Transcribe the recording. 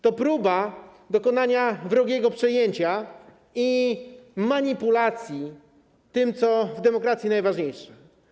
To próba dokonania wrogiego przejęcia i manipulacji tym, co w demokracji najważniejsze.